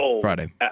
Friday